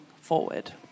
forward